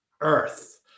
earth